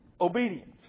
Obedience